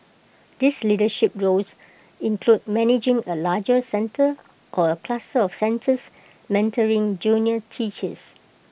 these leadership roles include managing A larger centre or A cluster of centres mentoring junior teachers